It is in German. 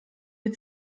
wir